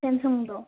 ꯁꯦꯝꯁꯨꯡꯗꯣ